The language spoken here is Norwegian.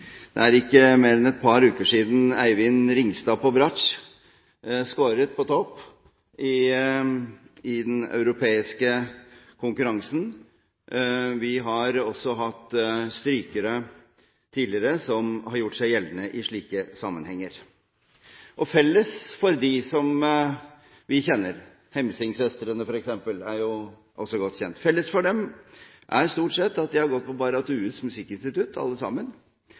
Det er ikke mer enn et par uker siden Eivind Ringstad på bratsj scoret på topp i den europeiske konkurransen. Vi har også tidligere hatt strykere som har gjort seg gjeldende i slike sammenhenger. Felles for dem som vi kjenner – Hemsing-søstrene er f.eks. godt kjent – er stort sett at de har gått på Barrat Due musikkinstitutt alle sammen.